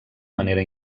manera